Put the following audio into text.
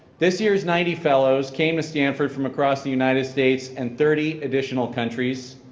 this year's ninety fellows came to stanford from across the united states and thirty additional countries.